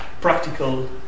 practical